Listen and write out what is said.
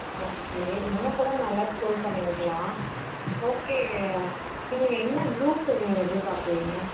okay இன்னும் கூட நல்லா ஸ்கோர் பண்ணியிருக்கலாம் ஓகே நீங்கள் என்ன க்ரூப் எதிர்பார்க்குறீங்க